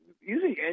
using